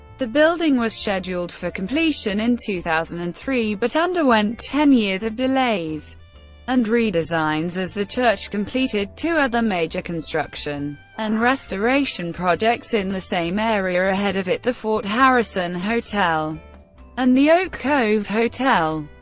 the building was scheduled for completion in two thousand and three, but underwent ten years of delays and re-designs as the church completed two other major construction and restoration projects in the same area ahead of it, the fort harrison harrison hotel and the oak cove hotel.